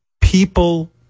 people